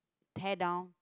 tear down